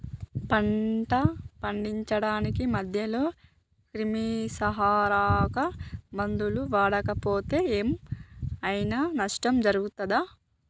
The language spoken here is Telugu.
పంట పండించడానికి మధ్యలో క్రిమిసంహరక మందులు వాడకపోతే ఏం ఐనా నష్టం జరుగుతదా?